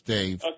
Dave